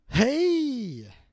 Hey